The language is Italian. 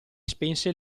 spense